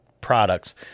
products